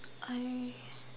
I